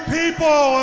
people